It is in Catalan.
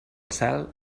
cel